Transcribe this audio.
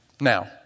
now